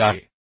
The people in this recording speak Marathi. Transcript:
आभारी आहे